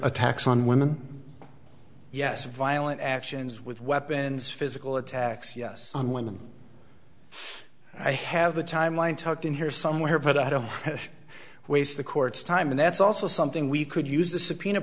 attacks on women yes violent actions with weapons physical attacks yes on women i have a timeline tucked in here somewhere but i don't waste the court's time and that's also something we could use the subpoena